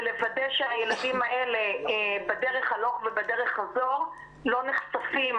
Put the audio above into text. ולוודא שהילדים האלה בדרך הלוך ובדרך חזור לא נחשפים